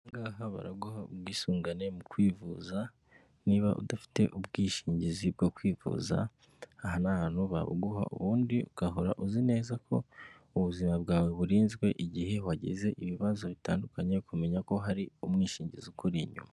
Aha ngaha baraguha ubwisungane mu kwivuza, niba udafite ubwishingizi bwo kwivuza, aha ni ahantu babuguha, ubundi ugahora uzi neza ko ubuzima bwawe burinzwe igihe wagize ibibazo bitandukanye, ukamenya ko hari umwishingizi ukuri inyuma.